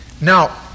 Now